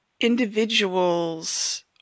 individuals